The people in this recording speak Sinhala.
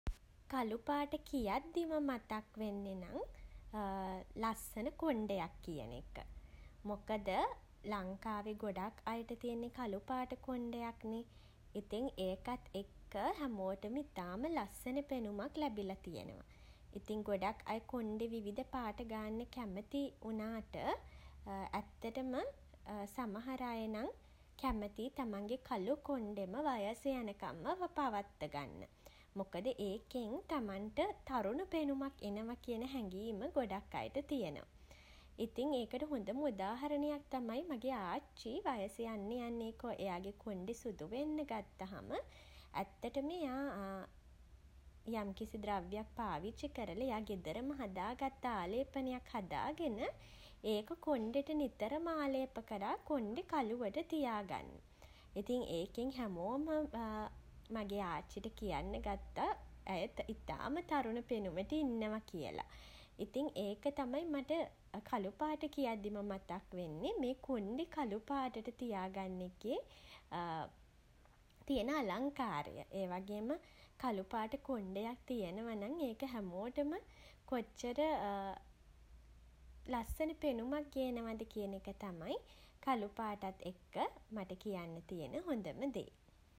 කළුපාට කියද්දිම මතක් වෙන්නෙ නම් ලස්සන කොණ්ඩයක් කියන එක. මොකද ලංකාවේ ගොඩක් අයට තියෙන්නේ කළු පාට කොණ්ඩයක් නේ. ඉතින් ඒකත් එක්ක හැමෝටම ඉතාම ලස්සන පෙනුමක් ලැබිලා තියෙනවා. ඉතින් ගොඩක් අය කොණ්ඩෙ විවිධ පාට ගාන්න කැමති වුණාට ඇත්තටම සමහර අය නම් කැමතියි තමන්ගේ කළු කොණ්ඩෙම වයස යනකම්ම පවත්වගන්න. මොකද ඒකෙන් තමන්ට තරුණ පෙනුමක් එනවා කියන හැඟීම ගොඩක් අයට තියෙනවා. ඉතින් ඒකට හොඳම උදාහරණයක් තමයි මගේ ආච්චී. වයස යන්න යන්න එයාගේ කොණ්ඩෙ සුදු වෙන්න ගත්තහම ඇත්තටම එයා යම්කිසි ද්‍රව්‍යයක් පාවිච්චි කරලා එයා ගෙදරම හදා ගත්ත ආලේපනයක් හදාගෙන ඒක කොණ්ඩෙට නිතරම ආලේප කරා කොණ්ඩෙ කළුවට තියා ගන්න. ඉතින් ඒකෙන් හැමෝම මගේ ආච්චිට කියන්න ගත්තා ඇය ඉතාම තරුණ පෙනුමට ඉන්නවා කියලා. ඉතින් ඒක තමයි මට කළුපාට කියද්දිම මතක් වෙන්නේ මේ කොණ්ඩෙ කළු පාටට තියාගන්න එකේ තියෙන අලංකාරය. ඒවගේම කළු පාට කොණ්ඩයක් තියෙනවා නම් ඒක හැමෝටම කොච්චර ලස්සන පෙනුමක් ගේනවද කියන එක තමයි කළු පාටත් එක්ක මට කියන්න තියෙන හොඳම දේ.